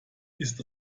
ist